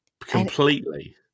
Completely